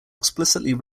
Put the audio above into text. explicitly